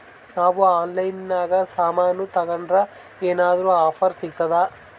ನಾವು ಆನ್ಲೈನಿನಾಗ ಸಾಮಾನು ತಗಂಡ್ರ ಏನಾದ್ರೂ ಆಫರ್ ಸಿಗುತ್ತಾ?